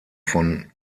von